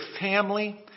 family